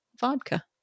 vodka